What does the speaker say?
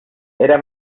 era